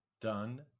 Done